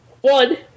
One